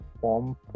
form